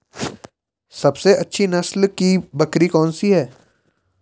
सबसे अच्छी नस्ल की बकरी कौन सी है?